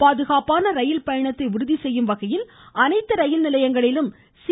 பாதுகாப்பான ரயில் பயணத்தை உறுதி செய்யும் வகையில் அனைத்து ரயில் நிலையங்களிலும் சி